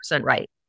right